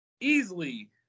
easily